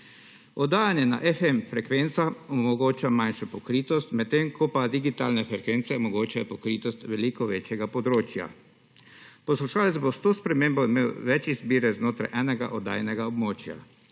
Oddajanje na FM frekvencah omogoča manjšo pokritost, medtem ko pa digitalne frekvence omogočajo pokritost veliko večjega področja. Poslušalec bo s to spremembo imel več izbire znotraj enega oddajnega območja.